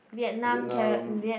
Vietnam